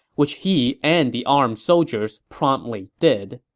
which he and the armed soldiers promptly did.